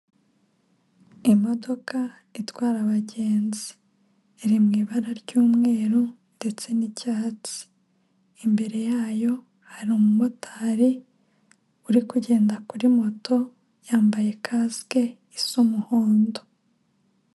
Imodoka itwara abagenzi. Iri mu ibara ry'umweru ndetse n'icyatsi. Imbere yayo hari umumotari uri kugenda kuri moto, yambaye kasike isa umuhondo.